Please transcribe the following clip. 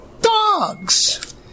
Dogs